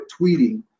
tweeting